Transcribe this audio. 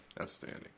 Outstanding